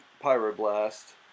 Pyroblast